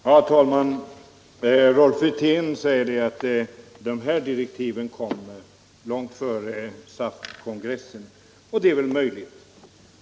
Herr talman! Rolf Wirtén sade att dessa direktiv gavs långt före SAF kongressen, och det är ju möjligt.